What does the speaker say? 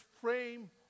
frame